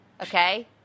Okay